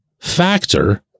factor